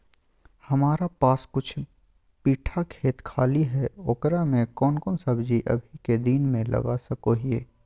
हमारा पास कुछ बिठा खेत खाली है ओकरा में कौन कौन सब्जी अभी के दिन में लगा सको हियय?